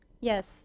Yes